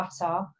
butter